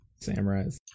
Samurais